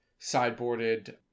sideboarded